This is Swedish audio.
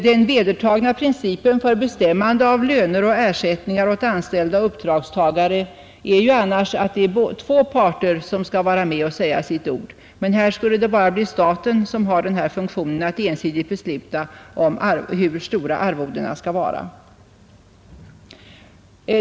Den vedertagna principen för bestämmande av löner och ersättningar åt anställda och uppdragstagare är annars att två parter skall vara med och säga sitt ord, men här skulle det bara bli staten som har funktionen att ensidigt besluta hur stora arvodena skall vara.